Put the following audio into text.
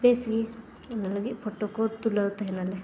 ᱵᱮᱥ ᱜᱮ ᱚᱱᱟ ᱞᱟᱹᱜᱤᱫ ᱯᱷᱚᱴᱳ ᱠᱚ ᱛᱩᱞᱟᱹᱣ ᱛᱟᱦᱮᱱᱟᱞᱮ